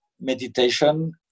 meditation